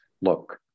look